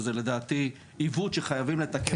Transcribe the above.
שזה לדעתי עיוות נוראי שחייבים לתקן